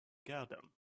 garden